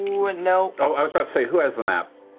you know i was about to say, who has the map?